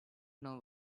know